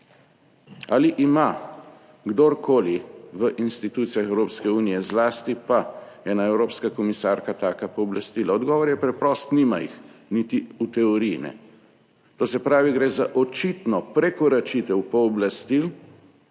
Ali ima kdorkoli v institucijah Evropske unije, zlasti pa ena evropska komisarka taka pooblastila? Odgovor je preprost, nima jih niti v teoriji. To se pravi, gre za očitno prekoračitev pooblastil,